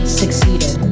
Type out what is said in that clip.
succeeded